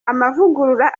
amavugurura